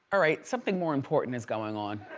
ah right something more important is going on.